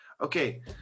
Okay